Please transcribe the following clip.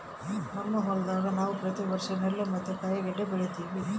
ನಮ್ಮ ಹೊಲದಾಗ ನಾವು ಪ್ರತಿ ವರ್ಷ ನೆಲ್ಲು ಮತ್ತೆ ಕಾಯಿಗಡ್ಡೆ ಬೆಳಿತಿವಿ